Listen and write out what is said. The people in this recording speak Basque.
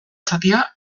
zatia